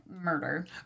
murder